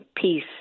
peace